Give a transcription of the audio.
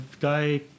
guy